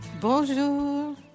Bonjour